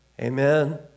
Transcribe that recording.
Amen